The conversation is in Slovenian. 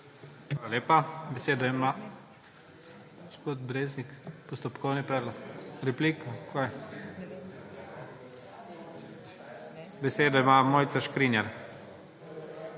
Hvala lepa. Besedo ima Mojca Škrinjar.